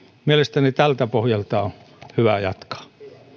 mielestäni tältä pohjalta on hyvä jatkaa